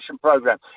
program